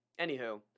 anywho